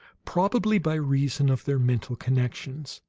probably by reason of their mental connections.